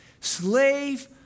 slave